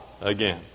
again